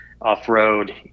Off-Road